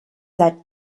that